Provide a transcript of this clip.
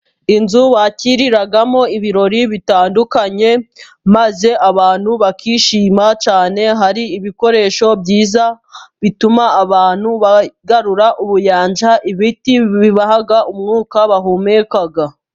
Inzu bakiriramo ibirori bitandukanye maze abantu bakishima cyane. Hari ibikoresho byiza bituma abantu bagarura ubuyanja, ibiti bibaha umwuka bahumeka.